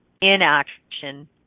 inaction